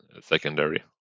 secondary